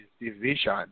division